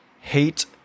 hate